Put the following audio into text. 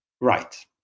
Right